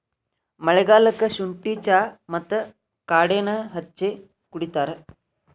ಮಳಿಗಾಲಕ್ಕ ಸುಂಠಿ ಚಾ ಮತ್ತ ಕಾಡೆನಾ ಹೆಚ್ಚ ಕುಡಿತಾರ